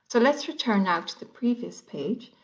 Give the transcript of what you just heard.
so let's return ah to the previous page